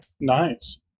Nice